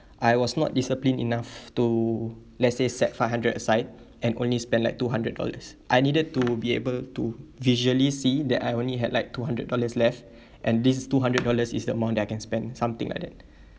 I was not disciplined enough to let's say set five hundred site and only spend like two hundred dollars I needed to be able to visually see that I only had like two hundred dollars left and these two hundred dollars is the amount that I can spend something like that